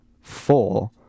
four